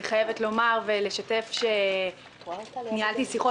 אני חייבת לומר ולשתף שניהלתי שיחות